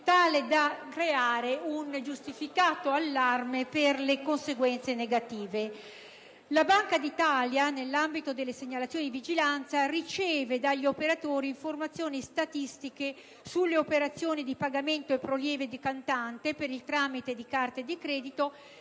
tale da creare un giustificato allarme per le conseguenze negative. La Banca d'Italia, nell'ambito delle segnalazioni di vigilanza, riceve dagli operatori informazioni statistiche sulle operazioni di pagamento e prelievo di contante per il tramite di carte di credito